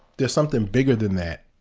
there's something bigger than that,